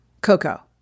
Coco